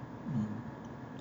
mm